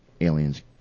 aliens